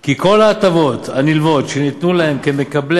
כי כל ההטבות הנלוות שניתנו להם כמקבלי